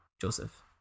Joseph